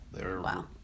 Wow